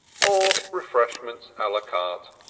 or refreshments a la carte,